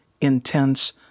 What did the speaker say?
intense